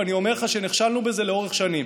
ואני אומר לך שנכשלנו בזה לאורך שנים.